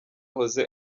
bahoze